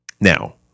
Now